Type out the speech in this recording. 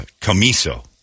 Camiso